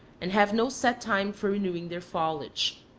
and have no set time for renewing their foliage.